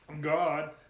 God